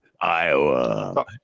Iowa